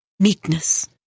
Meekness